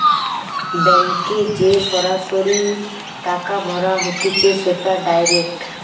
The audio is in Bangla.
ব্যাংকে যে সরাসরি টাকা ভরা হতিছে সেটা ডাইরেক্ট